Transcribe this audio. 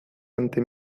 ante